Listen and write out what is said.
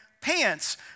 pants